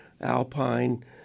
alpine